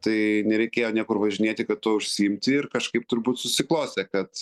tai nereikėjo niekur važinėti kad tu užsiimti ir kažkaip turbūt susiklostė kad